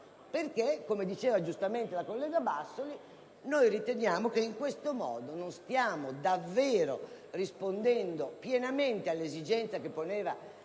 Come diceva giustamente la collega Bassoli, noi riteniamo che in questo modo non stiamo rispondendo pienamente all'esigenza che poneva